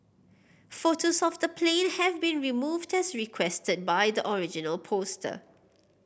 photos of the plane have been removed as requested by the original poster